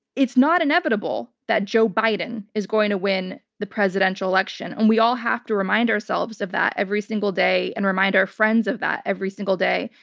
it's not inevitable that joe biden is going to win the presidential election and we all have to remind ourselves of that every single day, and remind our friends of that every single day,